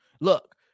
Look